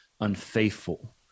unfaithful